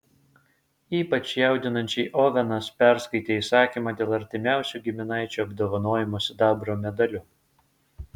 ypač jaudinančiai ovenas perskaitė įsakymą dėl artimiausių giminaičių apdovanojimo sidabro medaliu